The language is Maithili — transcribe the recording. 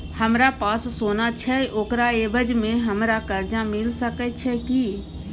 हमरा पास सोना छै ओकरा एवज में हमरा कर्जा मिल सके छै की?